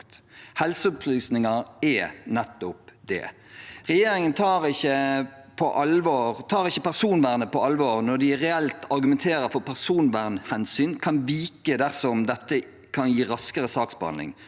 Helseopplysninger er nettopp det. Regjeringen tar ikke personvernet på alvor når de reelt argumenterer for at personvernhensyn kan vike dersom dette kan gi raskere saksbehandling,